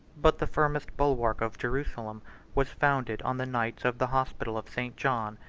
but the firmest bulwark of jerusalem was founded on the knights of the hospital of st. john,